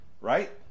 Right